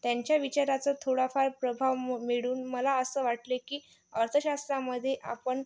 त्यांच्या विचाराचं थोडा फार प्रभाव मिळून मला असं वाटले की अर्थशास्त्रामध्ये आपण